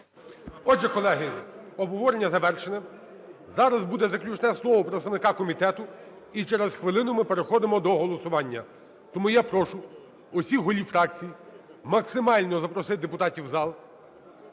Отже, колеги, обговорення завершене. Зараз буде заключне слово представника комітету, і через хвилину ми переходимо до голосування. Тому я прошу всіх голів фракцій максимально запросити депутатів в зал.